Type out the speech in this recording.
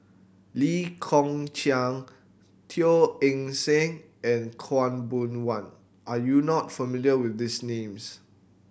Lee Kong Chian Teo Eng Seng and Khaw Boon Wan are you not familiar with these names